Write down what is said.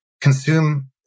consume